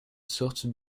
sortent